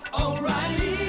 O'Reilly